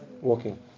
walking